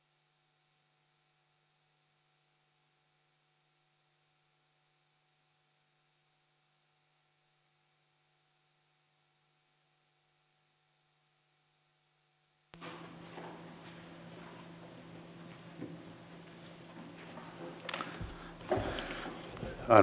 arvoisa puhemies